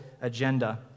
agenda